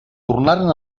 tornaren